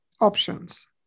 options